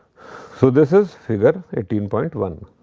so, this is figure eighteen point one.